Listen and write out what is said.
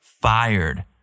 fired